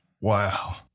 Wow